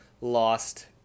lost